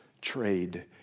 trade